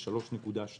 3.2%?